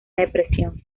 depresión